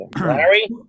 Larry